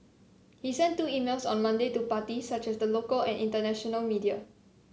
he sent two emails on Monday to parties such as the local and international media